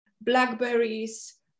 blackberries